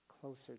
closer